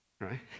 right